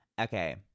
Okay